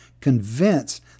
convinced